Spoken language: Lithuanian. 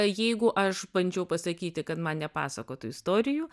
jeigu aš bandžiau pasakyti kad man nepasakotų istorijų